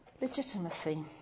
Legitimacy